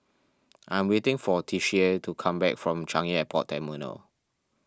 I am waiting for Tishie to come back from Changi Airport Terminal